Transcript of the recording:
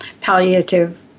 palliative